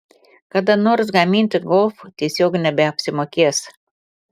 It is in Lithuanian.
kada nors gaminti golf tiesiog nebeapsimokės